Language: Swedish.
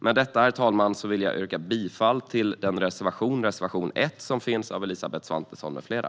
Med detta, herr talman, vill jag yrka bifall till reservation 1 av Elisabeth Svantesson med flera.